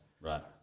Right